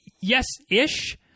yes-ish